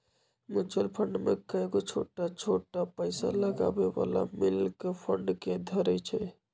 mutual fund में कयगो छोट छोट पइसा लगाबे बला मिल कऽ फंड के धरइ छइ